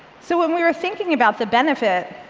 so when we were thinking about the benefit,